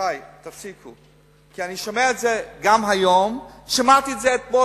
אני אשמע לכל מלה ופסקה שיגידו לי.